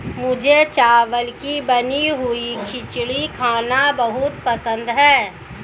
मुझे चावल की बनी हुई खिचड़ी खाना बहुत पसंद है